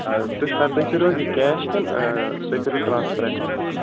ٲں تۄہہِ سر تۄہہِ کٔریوٕ حظ یہِ کیش کِنہٕ ٲں تۄہہِ کٔرو ٹرانَسفر ایٚکوٚنٛٹس